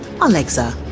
Alexa